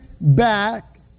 back